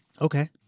Okay